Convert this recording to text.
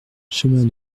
chemin